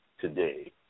today